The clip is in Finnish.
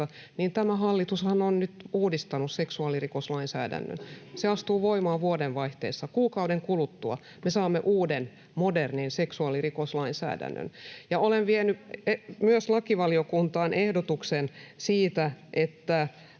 niin tämä hallitushan on nyt uudistanut seksuaalirikoslainsäädännön. Tämä astuu voimaan vuodenvaihteessa. Kuukauden kuluttua me saamme uuden, modernin seksuaalirikoslainsäädännön. Olen vienyt myös lakivaliokuntaan ehdotuksen siitä, että